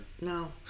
No